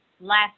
last